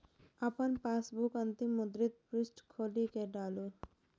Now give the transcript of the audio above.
अपन पासबुकक अंतिम मुद्रित पृष्ठ खोलि कें डालू